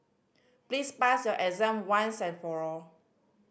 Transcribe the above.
please pass your exam once and for all